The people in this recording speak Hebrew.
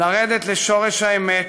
לרדת לשורש האמת,